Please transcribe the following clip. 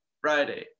Friday